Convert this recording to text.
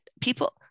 people